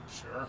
Sure